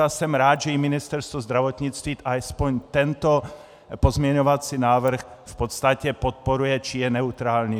A jsem rád, že i Ministerstvo zdravotnictví alespoň tento pozměňovací návrh v podstatě podporuje či je k němu neutrální.